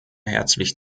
herzlich